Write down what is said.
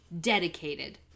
dedicated